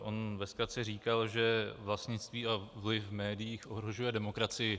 On ve zkratce říkal, že vlastnictví a vliv médií ohrožuje demokracii.